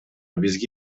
бизге